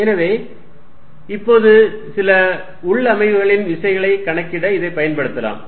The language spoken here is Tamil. எனவே இப்போது சில உள்ளமைவுகளில் விசைகளை கணக்கிட இதைப் பயன்படுத்தலாம்